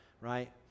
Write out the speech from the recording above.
right